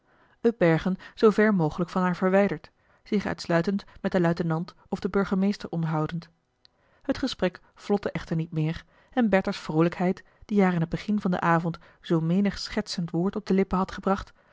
upbergen zoover mogelijk van haar verwijderd zich uitsluitend met den luitenant of den burgemeester onderhoudend het gesprek vlotte echter niet meer en bertha's vroolijkheid die haar in het begin van den avond zoo menig schertsend woord op de lippen had gebracht